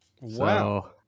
Wow